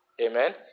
Amen